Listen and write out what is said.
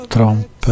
Trump